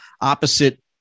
opposite